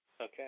Okay